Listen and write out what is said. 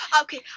Okay